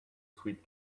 sweet